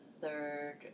third